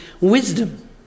wisdom